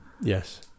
Yes